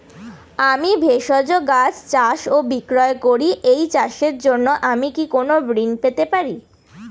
আমি ভেষজ গাছ চাষ ও বিক্রয় করি এই চাষের জন্য আমি কি কোন ঋণ পেতে পারি?